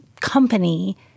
company